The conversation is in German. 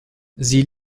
sie